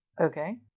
Okay